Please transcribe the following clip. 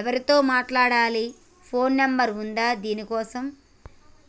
ఎవరితో మాట్లాడాలి? Phone number ఉందా దీనికోసం?